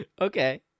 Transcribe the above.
Okay